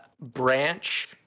branch